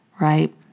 right